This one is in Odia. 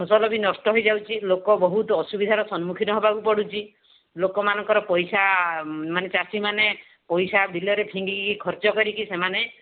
ଫସଲ ବି ନଷ୍ଟ ହେଇଯାଉଛି ଲୋକ ବହୁତ ଅସୁବିଧାର ସମ୍ମୁଖୀନ ହେବାକୁ ପଡ଼ୁଛି ଲୋକମାନଙ୍କର ପଇସା ମାନେ ଚାଷୀମାନେ ପଇସା ବିଲରେ ଫିଙ୍ଗିକି ଖର୍ଚ୍ଚ କରିକି ସେମାନେ